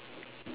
okay you